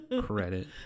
credit